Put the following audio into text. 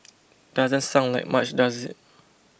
doesn't sound like much does it